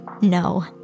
No